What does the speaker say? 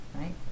Right